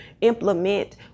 implement